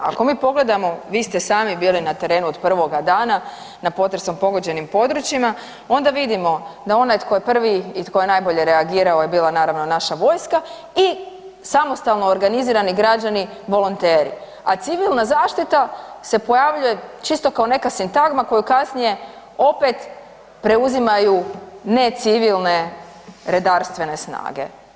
Ako mi pogledamo vi ste sami bili na terenu od prvoga dana na potresom pogođenim područjima, onda vidimo da onaj tko je prvi i tko je najbolje reagirao je bila naravno naša vojska i samostalno organizirani građani volonteri, a civilna zaštita se pojavljuje čisto kao neka sintagma koju kasnije opet preuzimaju ne civilne redarstvene snage.